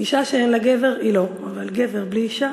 אישה שאין לה גבר היא לא, אבל גבר בלי אישה,